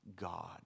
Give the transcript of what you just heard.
God